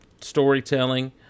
storytelling